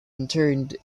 interred